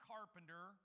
Carpenter